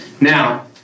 Now